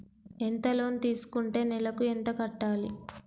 ఎంత లోన్ తీసుకుంటే నెలకు ఎంత కట్టాలి?